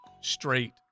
straight